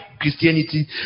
Christianity